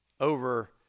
over